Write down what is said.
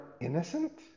innocent